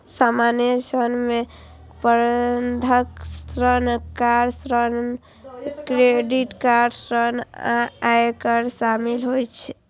सामान्य ऋण मे बंधक ऋण, कार ऋण, क्रेडिट कार्ड ऋण आ आयकर शामिल होइ छै